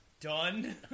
done